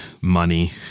money